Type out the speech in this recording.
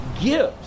gives